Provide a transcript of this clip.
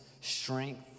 strength